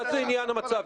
מה זה עניין המצב?